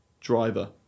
driver